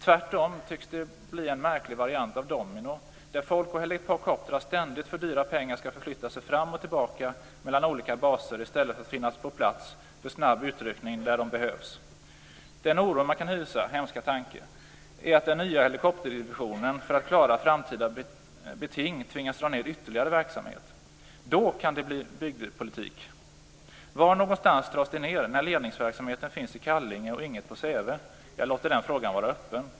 Tvärtom tycks det bli en märklig variant av domino, där folk och helikoptrar ständigt för dyra pengar skall förflytta sig fram och tillbaka mellan olika baser i stället för att finnas på plats för snabb utryckning där de behövs. Den oro man kan hysa - hemska tanke - är att den nya helikopterdivisionen för att klara framtida beting tvingas dra ned ytterligare verksamhet. Då kan det bli bygdepolitik. Var någonstans dras det ned när ledningsverksamheten finns i Kallinge och inget på Säve? Jag låter den frågan vara öppen.